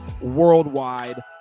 worldwide